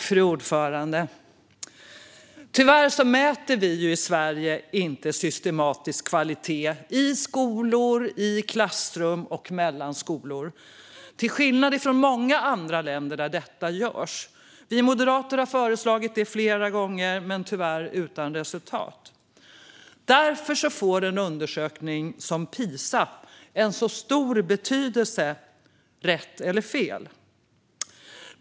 Fru talman! Tyvärr mäter inte vi i Sverige systematiskt kvalitet i skolor, i klassrum eller mellan skolor, till skillnad från många andra länder där detta görs. Vi moderater har flera gånger föreslagit att det ska göras, men tyvärr utan resultat. Därför får en undersökning som PISA stor betydelse - rätt eller fel.